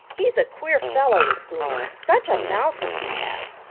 he's a queer fellow, is boomer. such a mouth as he has!